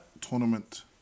tournament